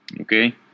Okay